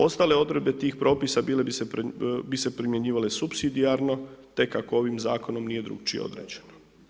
Ostale odredbe tih propisa bi se primjenjivale supsidijarno te kako ovim zakonom nije drukčije određeno.